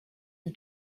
the